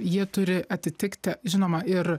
jie turi atitikti žinoma ir